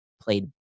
played